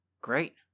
great